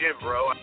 bro